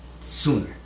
sooner